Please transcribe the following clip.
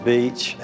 Beach